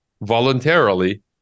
voluntarily